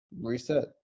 Reset